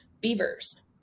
beavers